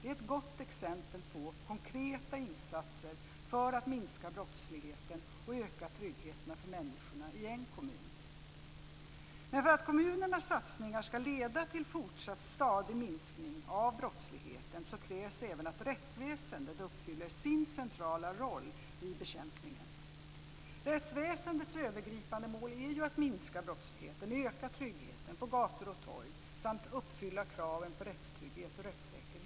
Det är goda exempel på konkreta insatser för att minska brottsligheten och öka tryggheten för människorna i en kommun. Men för att kommunernas satsningar ska leda till fortsatt stadig minskning av brottsligheten krävs även att rättsväsendet uppfyller sin centrala roll i brottsbekämpningen. Rättsväsendets övergripande mål är ju att minska brottsligheten, öka tryggheten på gator och torg samt uppfylla kraven på rättstrygghet och rättssäkerhet.